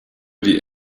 die